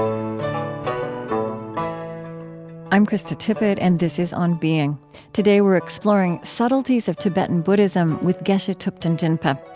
um i'm krista tippett, and this is on being today we're exploring subtleties of tibetan buddhism with geshe thupten jinpa.